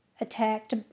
attacked